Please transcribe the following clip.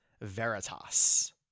Veritas